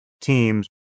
teams